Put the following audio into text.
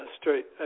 straight